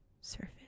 surface